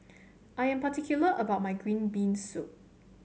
I am particular about my Green Bean Soup